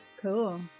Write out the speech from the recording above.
Cool